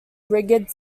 rigid